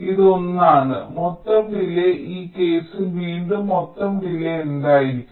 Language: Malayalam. ഇത് 1 ആണ് മൊത്തം ഡിലേയ്യ് ഈ കേസിൽ വീണ്ടും മൊത്തം ഡിലേയ്യ് എന്തായിരിക്കും